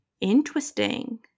Interesting